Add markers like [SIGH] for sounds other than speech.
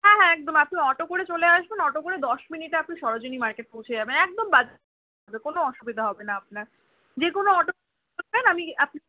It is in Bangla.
হ্যাঁ হ্যাঁ একদম আপনি অটো করে চলে আসবেন অটো করে দশ মিনিটে আপনি সরোজিনী মার্কেট পৌঁছে যাবেন একদম বাজা [UNINTELLIGIBLE] কোনো অসুবিধা হবে না আপনার যে কোনো অটোতে বলবেন আমি আপনি